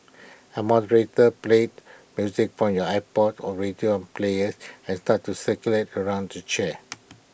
A moderator plays music from your iPod or radio and players has start to circle around the chairs